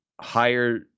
higher